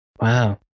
Wow